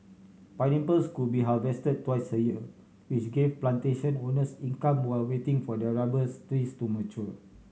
pineapples could be harvested twice a year which gave plantation owners income while waiting for their rubbers trees to mature